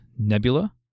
Nebula